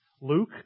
Luke